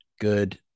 good